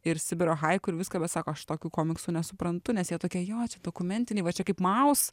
ir sibiro haiku ir viską bet sako aš tokių komiksų nesuprantu nes jie tokie jo čia dokumentiniai va čia kaip maus